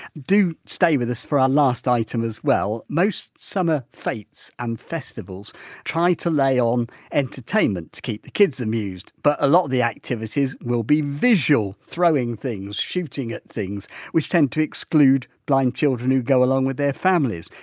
do stay with us for our last item as well. most summer fetes and festivals try to lay on entertainment to keep the kids amused but a lot of the activities will be visual throwing things, shooting at things which tend to exclude blind children who go along with their families.